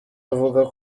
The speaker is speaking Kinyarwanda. avuga